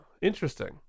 interesting